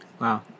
Wow